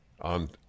on